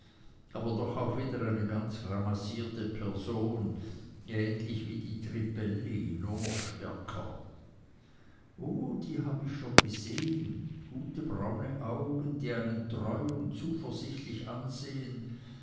aber doch wieder eine ganz ramassierte person ähnlich wie die trippelli nur noch stärker oh die hab ich schon gesehen gute braune augen die einen treu und zuversichtlich ansehen